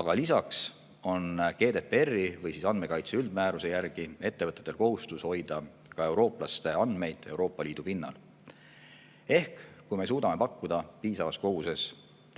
Aga lisaks on GDPR-i ehk andmekaitse üldmääruse järgi ettevõtetel kohustus hoida ka eurooplaste andmeid Euroopa Liidu pinnal. Ehk kui me suudame pakkuda piisavas koguses